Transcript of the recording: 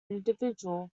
individual